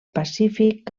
pacífic